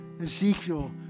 Ezekiel